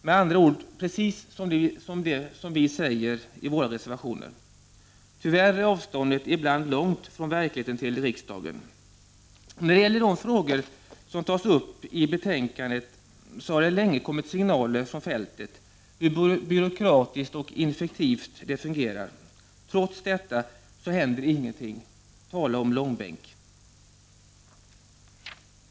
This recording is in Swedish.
Med andra ord precis det vi säger i våra reservationer. Tyvärr är avståndet ibland långt från verkligheten till riksdagen. När det gäller de frågor som tas upp i betänkandet så har det länge kommit signaler från fältet om hur byråkratiskt och ineffektivt det fungerar. Trots detta, så händer det ingenting. Tala om långbänk!